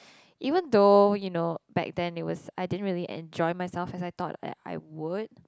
even though you know back then it was I didn't really enjoy myself as I thought that I would